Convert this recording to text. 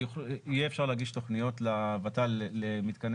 יהיה אפשר להגיש תוכניות לות"ל למתקני